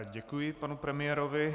Děkuji panu premiérovi.